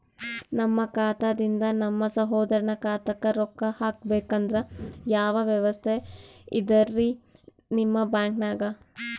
ನಮ್ಮ ಖಾತಾದಿಂದ ನಮ್ಮ ಸಹೋದರನ ಖಾತಾಕ್ಕಾ ರೊಕ್ಕಾ ಹಾಕ್ಬೇಕಂದ್ರ ಯಾವ ವ್ಯವಸ್ಥೆ ಇದರೀ ನಿಮ್ಮ ಬ್ಯಾಂಕ್ನಾಗ?